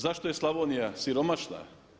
Zašto je Slavonija siromašna?